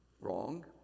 Wrong